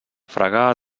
fregar